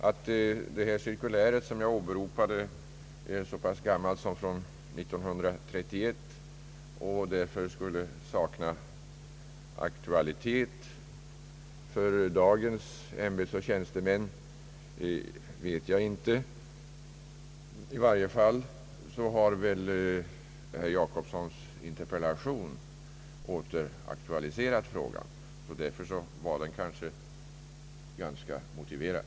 Jag vet inte om det cirkulär, som jag åberopade och som är från 1931, saknar aktualitet för dagens ämbetsoch tjänstemän. I varje fall har väl herr Per Jacobssons interpellation åter aktualiserat frågan och därför var kanske frågan motiverad.